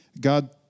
God